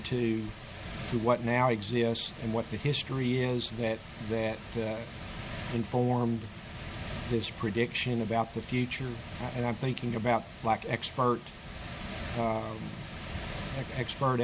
to what now exists and what the history is that then informed this prediction about the future and i'm thinking about black expert expert